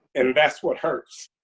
and that's what hurts.